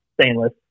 stainless